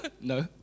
no